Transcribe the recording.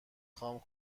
خوام